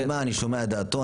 לגבי הרשימה אני שומע את דעתו,